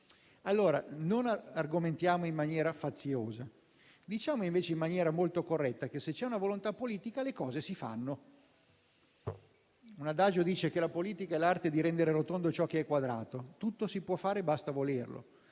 un'idea. Non argomentiamo in maniera faziosa, ma diciamo invece in maniera molto corretta che, se c'è una volontà politica, le cose si fanno. Un adagio dice che la politica è l'arte di rendere rotondo ciò che è quadrato: tutto si può fare, basta volerlo.